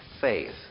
faith